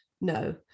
no